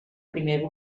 primer